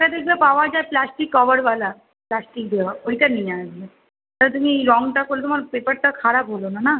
একসাথে তো পাওয়া যায় প্লাস্টিক কভারওয়ালা প্লাস্টিক দেওয়া ওইটা নিয়ে আসবে ওটা তুমি রঙটা করলে তোমার পেপারটা খারাপ হবে না না